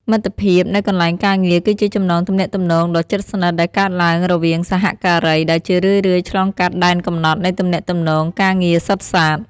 មិត្តភាពនៅកន្លែងការងារគឺជាចំណងទំនាក់ទំនងដ៏ជិតស្និទ្ធដែលកើតឡើងរវាងសហការី ដែលជារឿយៗឆ្លងកាត់ដែនកំណត់នៃទំនាក់ទំនងការងារសុទ្ធសាធ។